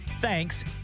Thanks